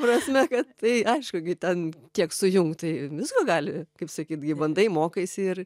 prasme kad tai aišku ten tiek sujungt tai visko gali kaip sakyt bandai mokaisi ir